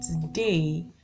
today